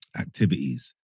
activities